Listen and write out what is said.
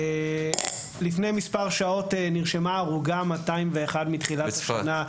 לפני מספר שעות נרשמה הרוגה 201 מתחילת השנה,